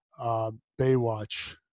Baywatch